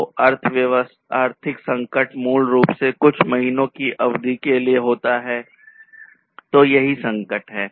तो आर्थिक संकट मूल रूप कुछ महीनों की अवधि के लिए होता है तो यही संकट है